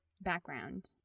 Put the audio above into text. background